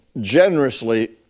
generously